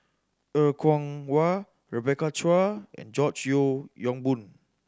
Er Kwong Wah Rebecca Chua and George Yeo Yong Boon